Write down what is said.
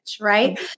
right